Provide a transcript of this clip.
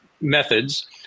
methods